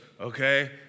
okay